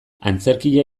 antzerkia